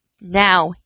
Now